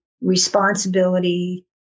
responsibility